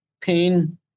pain